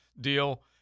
deal